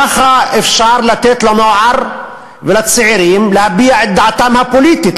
ככה אפשר לתת לנוער ולצעירים להביע את דעתם הפוליטית,